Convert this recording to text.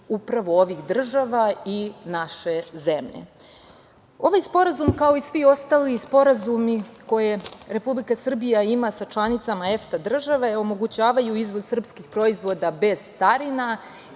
upravo ovih država i naše zemlje. Ovaj Sporazum, kao i svi ostali sporazumi koje Republika Srbije ima sa članicama EFTA država, omogućavaju izvoz srpskih proizvoda bez carina